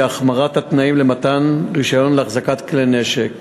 החמרת התנאים למתן רישיון להחזקת כלי נשק,